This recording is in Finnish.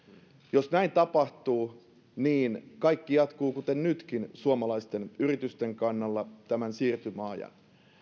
jos näin tapahtuu niin kaikki jatkuu kuten nytkin suomalaisten yritysten kannalta tämän siirtymäajan